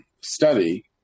study